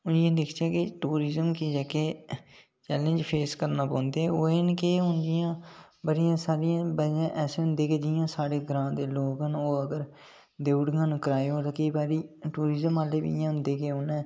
हून अस दिक्खचै के टूरियम गी जेह्के चैलैंजिस फेस करने पौंदे के हून जि'यां बड़ियां सारियां बारी ऐसा होंदा के साढ़े ग्रां दे लोक न देई ओड़गन कराए उप्पर केईं बारी टूरियम आह्ले बी इ'यां होंदे कि